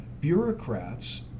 bureaucrats